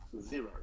Zero